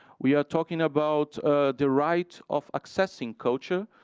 we are talking about the right of accessing culture,